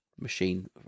machine